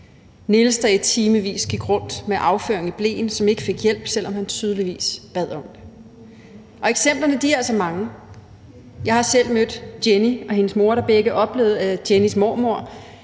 Niels, der i timevis gik rundt med afføring i bleen, og som ikke fik hjælp, selv om han tydeligvis bad om det, og eksemplerne er altså mange. Jeg har selv mødt Jennie og hendes mor, der begge oplevede, at Jennies mormor,